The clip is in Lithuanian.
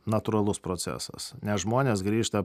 natūralus procesas nes žmonės grįžta